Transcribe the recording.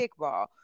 kickball